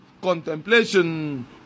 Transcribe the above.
contemplation